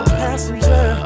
passenger